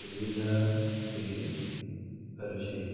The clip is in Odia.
ସୁବିଧା ହେଇ ପାରୁଛି